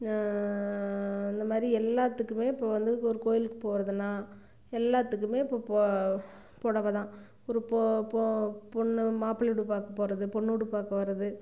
இந்த மாதிரி எல்லாத்துக்குமே இப்போ வந்து ஒரு கோயிலுக்கு போகிறதுன்னா எல்லாத்துக்குமே இப்போ பு புடவை தான் ஒரு பொ பொ பொண்ணு மாப்பிள்ளை வீடு பார்க்க போகிறது பொண்ணு வீடு பார்க்க வரது